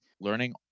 learning